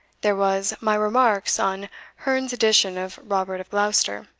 there was my remarks on hearne's edition of robert of gloucester,